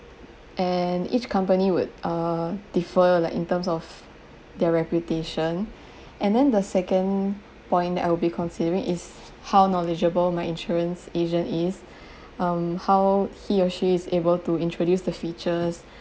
and each company would uh differ like in terms of their reputation and then the second point that I would be considering is how knowledgeable my insurance agent is um how he or she is able to introduce the features